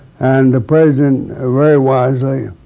and the president, ah very wisely,